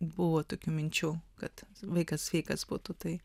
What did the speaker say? buvo tokių minčių kad vaikas sveikas būtų tai